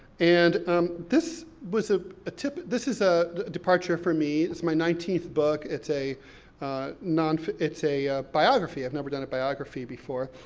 and this was a a typ, this is a departure for me. it's my nineteenth book, it's a non, it's a biography, i've never done a biography before.